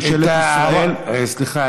סליחה,